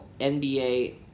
NBA